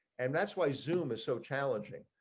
and that's why summa so challenging.